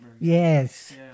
Yes